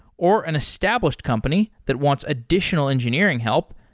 or an established company that wants additional engineering help,